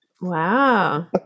Wow